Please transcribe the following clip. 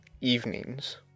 evenings